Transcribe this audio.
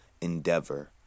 endeavor